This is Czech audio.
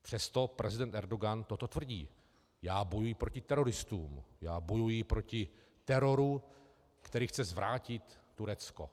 Přesto prezident Erdogan toto tvrdí já bojuji proti teroristům, já bojuji proti teroru, který chce zvrátit Turecko.